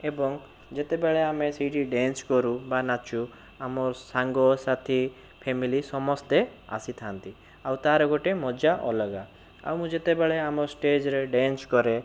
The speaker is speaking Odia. ଏବଂ ଯେତେବଳେ ଆମେ ସେଇଠି ଡ଼୍ୟାନ୍ସ କରୁ ବା ନାଚୁ ଆଉ ମୋ ସାଙ୍ଗ ସାଥି ଫେମିଲି ସମସ୍ତେ ଆସିଥାନ୍ତି ଆଉ ତାର ଗୋଟେ ମଜା ଅଲଗା ଆଉ ମୁଁ ଯେତେବେଳେ ଆମ ଷ୍ଟେଜରେ ଡ଼୍ୟାନ୍ସ କରେ